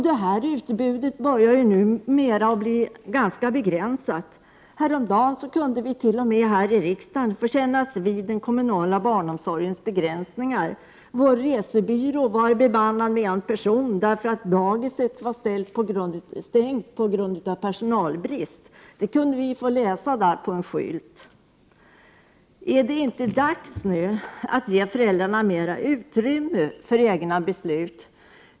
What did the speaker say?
Detta utbud börjar numera att bli ganska begränsat. Häromdagen kunde vi t.o.m. här i riksdagen kännas vid den kommunala barnomsorgens begränsningar. Vår resebyrå var bemannad med endast en person, därför att daghemmet var stängt på grund av personalbrist. Det kunde vi läsa på en skylt. Är det inte dags att ge föräldrarna mer utrymme för egna beslut?